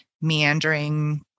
meandering